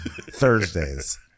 Thursdays